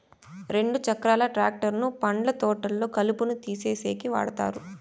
రెండు చక్రాల ట్రాక్టర్ ను పండ్ల తోటల్లో కలుపును తీసేసేకి వాడతారు